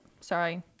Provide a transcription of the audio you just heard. sorry